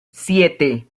siete